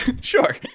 Sure